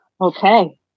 Okay